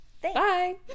Bye